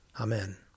Amen